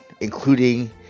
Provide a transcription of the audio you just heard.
including